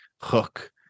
hook